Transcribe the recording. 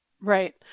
Right